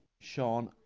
Sean